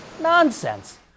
nonsense